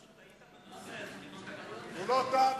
רק טעית, הוא לא טעה בשום דבר.